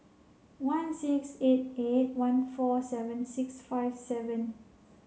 one six eight eight one four seven six five seven